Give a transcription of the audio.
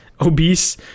obese